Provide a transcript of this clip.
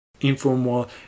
Informal